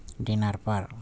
dinner پر